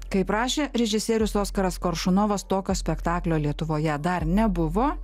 kaip rašė režisierius oskaras koršunovas tokio spektaklio lietuvoje dar nebuvo